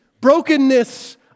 brokenness